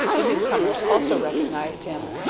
the new-comers also recognized him,